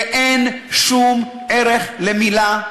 זה שאין שום ערך למילה,